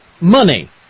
Money